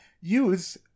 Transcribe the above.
use